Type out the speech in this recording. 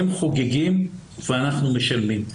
הם חוגגים ואנחנו משלמים.